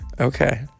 Okay